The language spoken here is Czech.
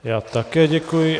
Já také děkuji.